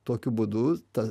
tokiu būdu ta